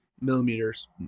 millimeters